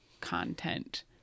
content